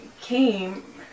came